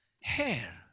hair